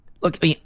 look